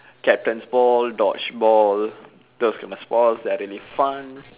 captain's ball dodgeball those are the kind of sports that are really fun